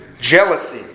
Jealousy